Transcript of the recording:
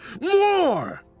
More